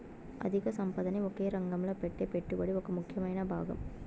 అధిక సంపదని ఒకే రంగంలో పెట్టే పెట్టుబడి ఒక ముఖ్యమైన భాగం